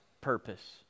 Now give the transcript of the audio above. purpose